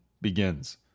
begins